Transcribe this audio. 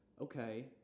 Okay